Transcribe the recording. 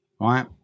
right